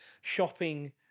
shopping